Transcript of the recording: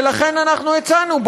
ולכן אנחנו הצענו,